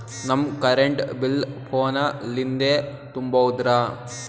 ನಮ್ current bill ಫೋನ ಲಿಂದೇ ತುಂಬೌದ್ರಾ?